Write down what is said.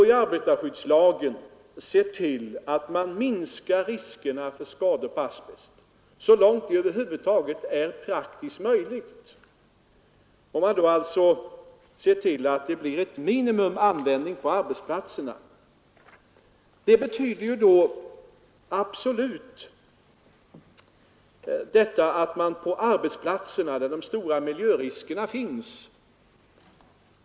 I arbetarskyddslagen ser man alltså till, att riskerna för skador genom asbest minskas så långt det över huvud taget är praktiskt möjligt genom att ett minimum av asbest används på arbetsplatserna, där de stora miljöriskerna finns.